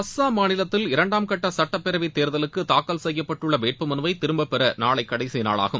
அசாம் மாநிலத்தில் இரண்டாம் கட்ட சட்டபேரவை தேர்தலுக்கு தாக்கல் செய்யப்பட்டுள்ள வேட்புமனுவை திரும்ப பெற நாளை கடைசி நாளாகும்